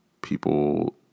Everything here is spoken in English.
People